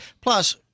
plus